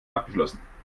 abgeschlossen